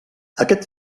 aquest